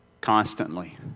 constantly